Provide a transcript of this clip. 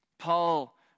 Paul